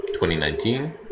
2019